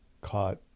caught